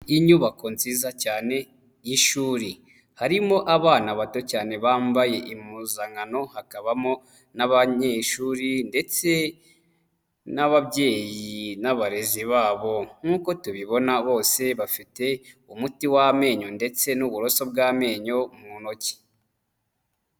Inyubako nziza cyane y'ishuri, harimo abana bato cyane bambaye impuzankano, hakabamo n'abanyeshuri ndetse n'ababyeyi n'abarezi babo, nk'uko tubibona bose bafite umuti w'amenyo ndetse n'uburoso bw'amenyo mu ntoki.